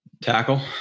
Tackle